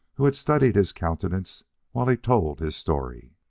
who had studied his countenance while he told his story.